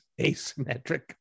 asymmetric